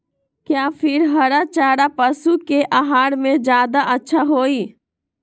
या फिर हरा चारा पशु के आहार में ज्यादा अच्छा होई?